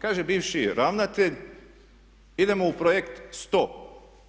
Kaže bivši ravnatelj idemo u "Projekt 100"